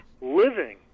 living